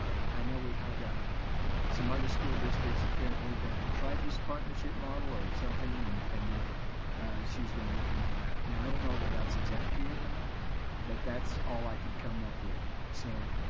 i know we had ah some other school districts apparently that had tried this partnership model or something and and that she was gonna look into that. now, i don't know if that's exactly it or not but that's all i could come up with. so,